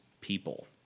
people